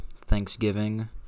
Thanksgiving